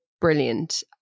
brilliant